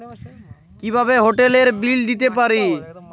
কিভাবে হোটেলের বিল দিতে পারি?